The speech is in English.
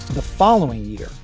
the following year,